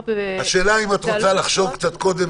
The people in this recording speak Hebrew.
השאלה אם את רוצה לחשוב קצת קודם.